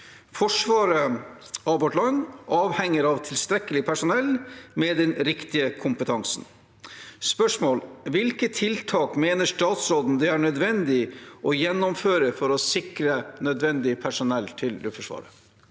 vårt land avhenger av tilstrekkelig personell med den riktige kompetansen. Hvilke tiltak mener statsråden det er nødvendig å gjennomføre for å sikre personell til Luftforsvaret?»